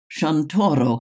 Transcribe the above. Shantoro